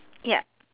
yup